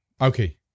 Okay